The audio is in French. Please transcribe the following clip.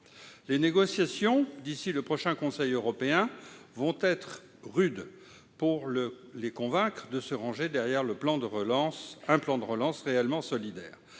des exportations. D'ici au prochain Conseil européen, les négociations pour les convaincre de se ranger derrière un plan de relance réellement solidaire